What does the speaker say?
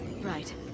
Right